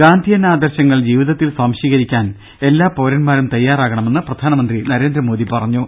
ഗാന്ധിയൻ ആദർശങ്ങൾ ജീവിതത്തിൽ സ്വാംശീകരിക്കാൻ എല്ലാ പൌരൻമാരും തയാറാകണമെന്ന് പ്രധാനമന്ത്രി നരേന്ദ്രമോദി പറഞ്ഞു